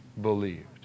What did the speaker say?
believed